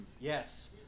Yes